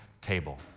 table